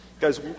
guys